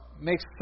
makes